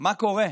מה קורה?